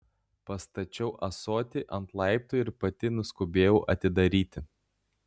pastačiau ąsotį ant laiptų ir pati nuskubėjau atidaryti